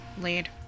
lead